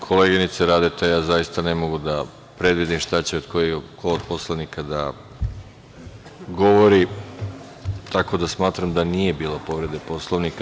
Koleginice Radeta, ja zaista ne mogu da predvidim šta će ko od poslanika da govori, tako da smatram da nije bilo povrede Poslovnika.